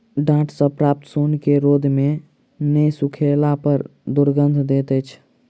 डांट सॅ प्राप्त सोन के रौद मे नै सुखयला पर दुरगंध दैत अछि